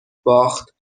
باخت